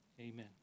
amen